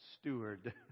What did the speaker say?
steward